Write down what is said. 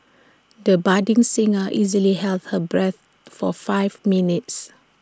the budding singer easily held her breath for five minutes